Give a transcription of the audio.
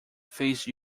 faced